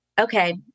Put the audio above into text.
Okay